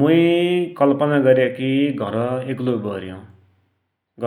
मुइ कल्पना गर्या कि घर एकलोइ बैर्यु,